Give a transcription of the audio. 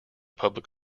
public